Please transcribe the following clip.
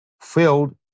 filled